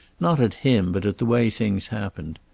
not at him but at the way things happened.